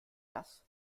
das